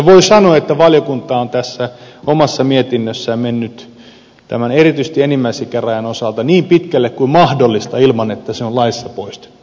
voi sanoa että valiokunta on tässä omassa mietinnössään mennyt erityisesti tämän enimmäisikärajan osalta niin pitkälle kuin mahdollista ilman että se on laissa poistettu